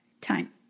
time